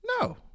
no